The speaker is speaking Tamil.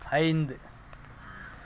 ஐந்து